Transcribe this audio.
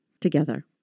together